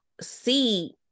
see